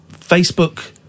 Facebook